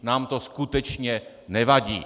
Nám to skutečně nevadí.